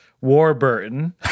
Warburton